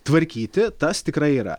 tvarkyti tas tikrai yra